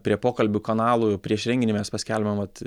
prie pokalbių kanalų prieš renginį mes paskelbiam vat